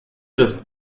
das